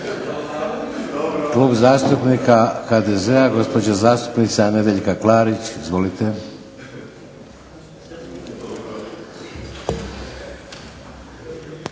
Klub zastupnika HDZ-a, gospođa zastupnica Nedjeljka Klarić. Izvolite.